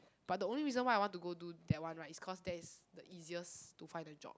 but the only reason why I want to go do that one right is cause that is the easiest to find a job